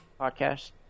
podcast